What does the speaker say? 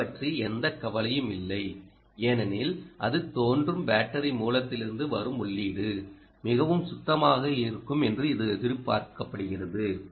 இதைப் பற்றி எந்த கவலையும் இல்லை ஏனெனில் அது தோன்றும் பேட்டரி மூலத்திலிருந்து வரும் உள்ளீடு மிகவும் சுத்தமாக இருக்கும் என்று இது எதிர்பார்க்கிறது